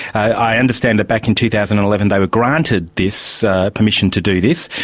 i understand that back in two thousand and eleven they were granted this permission to do this.